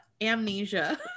Amnesia